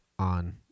on